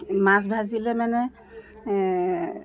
মাছ ভাজিলে মানে